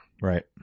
Right